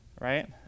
right